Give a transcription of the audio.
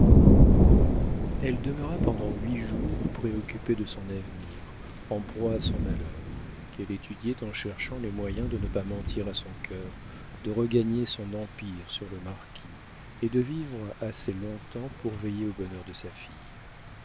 elle demeura pendant huit jours préoccupée de son avenir en proie à son malheur qu'elle étudiait en cherchant les moyens de ne pas mentir à son cœur de regagner son empire sur le marquis et de vivre assez longtemps pour veiller au bonheur de sa fille